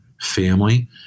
family